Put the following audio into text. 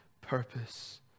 purpose